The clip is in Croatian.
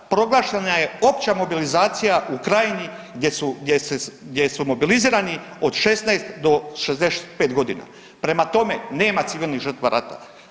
Proglašena je opća mobilizacija u Krajini gdje su mobilizirani od 16 do 65.g., prema tome nema civilnih žrtava rata.